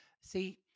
See